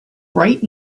bright